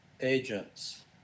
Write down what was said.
agents